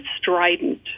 strident